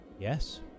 Yes